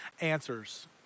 answers